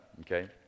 okay